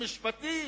משפטי,